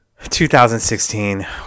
2016